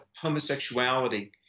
homosexuality